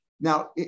Now